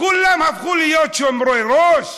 כולם הפכו להיות שומרי ראש?